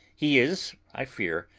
he is, i fear,